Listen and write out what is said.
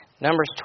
Numbers